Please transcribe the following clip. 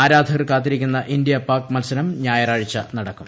ആരാധകർ കാത്തിരിക്കുന്ന ഇന്ത്യ പാക് മത്സരം ഞായറാഴ്ച നടക്കും